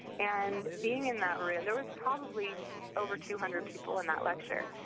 and being in that room, there was probably over two hundred people in that lecture,